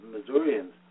Missourians